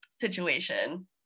situation